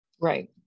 Right